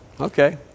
Okay